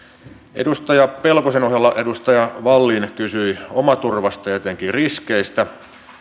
edustaja pelkosen ohella edustaja wallin kysyi omaturvasta ja etenkin riskeistä